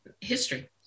history